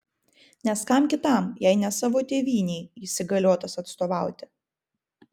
nes kam kitam jei ne savo tėvynei jis įgaliotas atstovauti